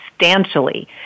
substantially